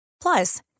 Plus